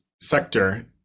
sector